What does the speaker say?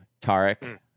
Tarek